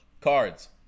Cards